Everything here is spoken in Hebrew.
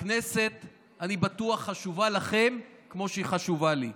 הכנסת, אני בטוח, חשובה לכם כמו שהיא חשובה לי.